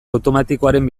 automatikoaren